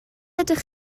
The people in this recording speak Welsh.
ydych